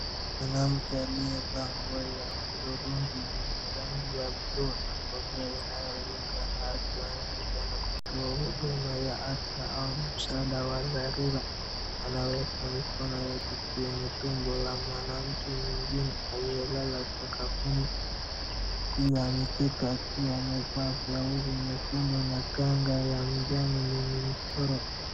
Mwanamke aliyevaa ngule ya thurungi na lenye rangi ya blue na kofia inayolingana, akiwa anaonekana kutoa huduma ya afya au msaada wa dharura. Anaweka mikono yake kwenye tumbo la mwanamke mwingine aliyelala sakafuni. Pia ameketi akiwa amevaa blouse nyekundu na kanga ya majani yenye mchoro.